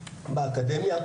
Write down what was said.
באקדמיה.